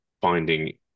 finding